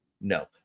no